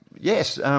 yes